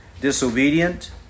disobedient